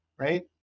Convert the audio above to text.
Right